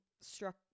struck